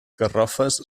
garrofes